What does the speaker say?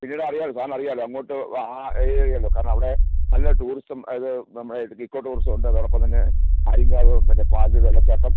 പിന്നീട് അറിയാമല്ലൊ സാറിന് അറിയാമല്ലൊ അങ്ങോട്ട് ആ ഏരിയ അറിയാമല്ലൊ കാരണം അവിടെ നല്ല ടൂറിസം അത് നമ്മുടെ ഇക്കോ ടൂറിസം ഉണ്ട് അതോടൊപ്പം തന്നെ ആര്യങ്കാവ് മറ്റെ പാലരുവി വെള്ളച്ചാട്ടം